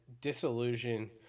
disillusion